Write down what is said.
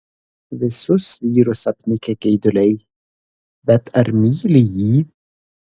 visus vyrus apnikę geiduliai bet ar myli jį